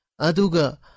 Aduga